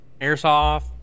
Airsoft